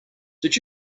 did